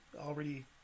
already